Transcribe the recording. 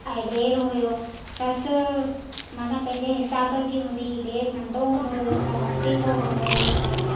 ऐं ॾेरु हुओ ससु माना पंहिंजे हिसाब जी हूंदी हुई ॾेर नंढो हूंदो हुओ त मस्तीखोरु हूंदो हुओ